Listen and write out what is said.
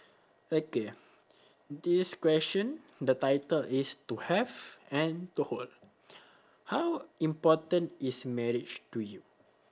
okay this question the title is to have and to hold how important is marriage to you